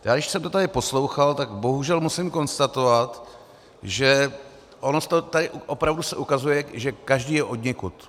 Když jsem to tady poslouchal, tak bohužel musím konstatovat, že ono se tady opravdu ukazuje, že každý je odněkud.